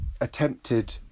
attempted